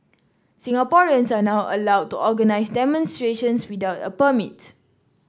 Singaporeans are now allowed to organise demonstrations without a permit